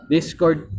Discord